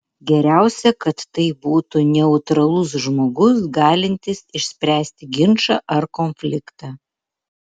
geriausia kad tai būtų neutralus žmogus galintis išspręsti ginčą ar konfliktą